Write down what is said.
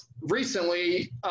recently